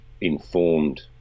informed